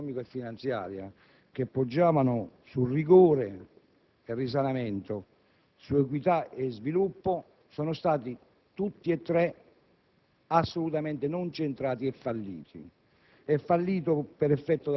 I tre pilastri citati nel Documento di programmazione economica e finanziaria, che poggiavano sul rigore del risanamento, su equità e sviluppo, sono stati tutti e tre obiettivi